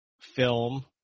film